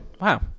Wow